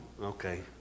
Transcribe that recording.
okay